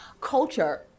culture